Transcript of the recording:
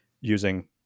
using